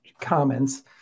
comments